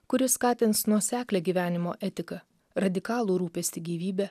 kuris skatins nuoseklią gyvenimo etiką radikalų rūpestį gyvybę